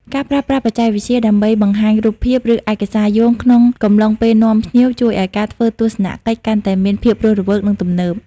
ការប្រើប្រាស់បច្ចេកវិទ្យាដើម្បីបង្ហាញរូបភាព ឬឯកសារយោងក្នុងកំឡុងពេលនាំភ្ញៀវ ជួយឱ្យការធ្វើទស្សនកិច្ចកាន់តែមានភាពរស់រវើក និងទំនើប។